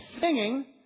singing